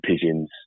pigeons